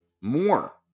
More